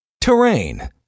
Terrain